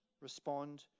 respond